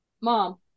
Mom